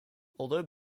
although